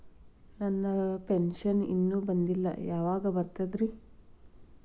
ನನ್ನ ಪೆನ್ಶನ್ ಇನ್ನೂ ಬಂದಿಲ್ಲ ಯಾವಾಗ ಬರ್ತದ್ರಿ?